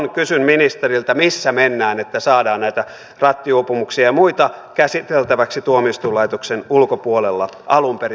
kysyn ministeriltä missä mennään että saadaan näitä rattijuopumuksia ja muita käsiteltäväksi tuomioistuinlaitoksen ulkopuolella alun perin